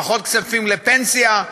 פחות כספים לפנסיה,